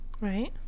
Right